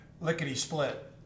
lickety-split